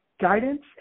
guidance